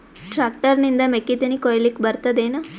Tractor ನಿಂದ ಮೆಕ್ಕಿತೆನಿ ಕೊಯ್ಯಲಿಕ್ ಬರತದೆನ?